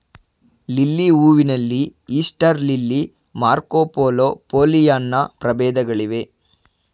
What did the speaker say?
lily ಹೂವಿನಲ್ಲಿ Easter lily, Marco Polo, Pollyanna ಪ್ರಭೇದಗಳಿವೆ